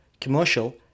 commercial